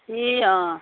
ए अँ